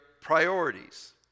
priorities